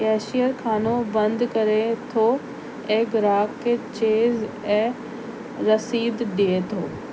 cashier खानो बंदि करे थो ऐं ग्राहक खे चेंज ऐं रसीद ॾिए थो